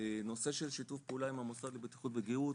נושא של שיתוף פעולה עם המוסד לבטיחות ולגהות,